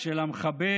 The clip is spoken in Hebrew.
של המחבר,